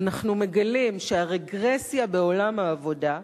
אנחנו מגלים שהרגרסיה בעולם העבודה,